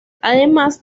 además